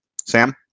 Sam